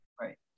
right